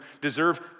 deserve